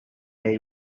eye